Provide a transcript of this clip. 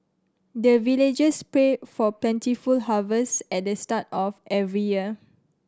the villagers pray for plentiful harvest at start of every year